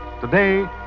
Today